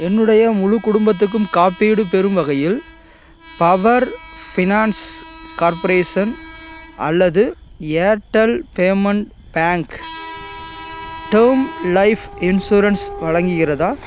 என்னுடைய முழு குடும்பத்துக்கும் காப்பீடு பெறும் வகையில் பவர் ஃபினான்ஸ் கார்ப்ரேஷன் அல்லது Airtel payment bank term life insurance வழங்குகிறதா